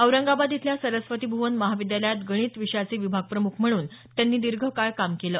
औरंगाबाद इथल्या सरस्वती भूवन महाविद्यालयात गणित विषयाचे विभागप्रमुख म्हणून त्यांनी दीर्घ काळ काम केलं